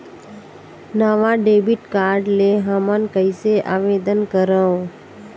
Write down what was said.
नवा debit card ले हमन कइसे आवेदन करंव?